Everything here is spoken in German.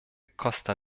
costa